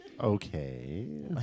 Okay